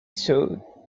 saw